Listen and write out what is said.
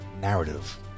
narrative